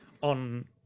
on